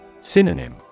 Synonym